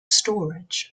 storage